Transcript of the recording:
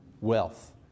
wealth